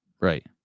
Right